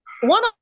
One